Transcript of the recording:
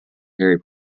dairy